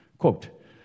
Quote